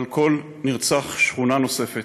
על כל נרצח, שכונה נוספת.